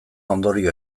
ondorio